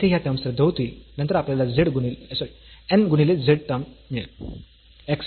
तर येथे ह्या टर्म्स रद्द होतील नंतर आपल्याला n गुणिले z टर्म मिळेल